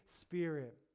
Spirit